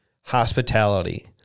hospitality